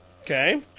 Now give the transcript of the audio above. okay